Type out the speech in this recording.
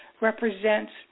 represents